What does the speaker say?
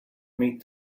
meet